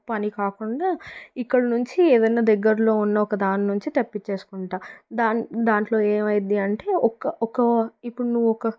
పని కాకుండా ఇక్కడ నుంచి ఏదైనా దగ్గర్లో ఉన్న ఒకదాని నుంచి తెప్పిచ్చేసుకుంటా దాం దాంట్లో ఏమయిద్ధి అంటే ఒక ఒక ఒక ఇప్పుడు నువ్వు ఒక